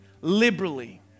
Liberally